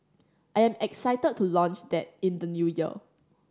I am excited to launch that in the New Year